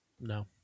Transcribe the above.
no